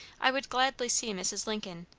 i would gladly see mrs. lincoln,